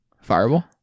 fireball